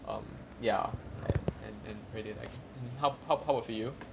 um ya and and and really like how how how about for you